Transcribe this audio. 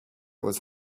was